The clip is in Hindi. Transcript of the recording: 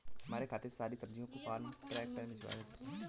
हमारे खेत से सारी सब्जियों को फार्म ट्रक में भिजवाया जाता है